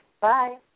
Bye